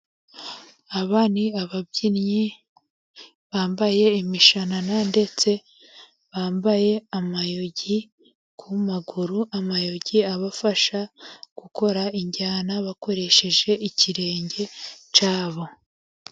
Aba ni ababyinnyi bambaye imishanana ,ndetse bambaye amayugi ku maguru. Amayugi abafasha gukora injyana bakoresheje ikirenge cyabo.